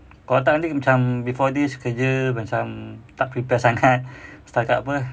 kalau tak nanti macam before this kerja macam tak prepare sangat setakat apa